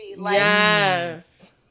Yes